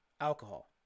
alcohol